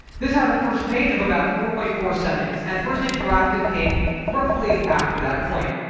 this had a first paint of about four point four seconds, and first interactive came roughly after that point.